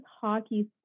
hockey